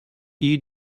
iyi